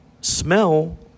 Smell